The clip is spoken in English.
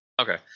Okay